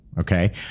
Okay